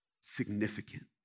Significant